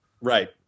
Right